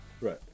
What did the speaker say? Right